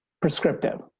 prescriptive